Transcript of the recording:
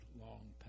long